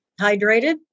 hydrated